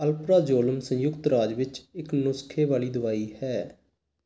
alprazolam ਸੰਯੁਕਤ ਰਾਜ ਵਿੱਚ ਇੱਕ ਨੁਸਖੇ ਵਾਲੀ ਦਵਾਈ ਹੈ